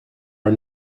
are